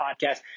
podcast